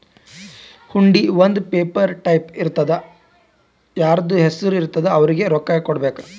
ಹುಂಡಿ ಒಂದ್ paper type ಇರ್ತುದಾ ಯಾರ್ದು ಹೆಸರು ಇರ್ತುದ್ ಅವ್ರಿಗ ರೊಕ್ಕಾ ಕೊಡ್ಬೇಕ್